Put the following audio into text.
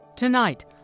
Tonight